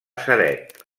ceret